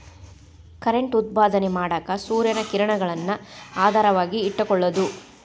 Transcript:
current ಉತ್ಪಾದನೆ ಮಾಡಾಕ ಸೂರ್ಯನ ಕಿರಣಗಳನ್ನ ಆಧಾರವಾಗಿ ಇಟಕೊಳುದು